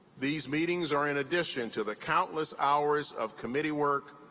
these meetings are in addition to the countless hours of committee work,